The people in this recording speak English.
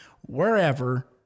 wherever